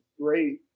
great